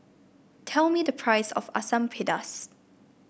tell me the price of Asam Pedas